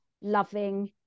loving